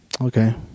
Okay